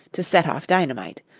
to set off dynamite.